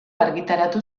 argitaratu